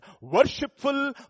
worshipful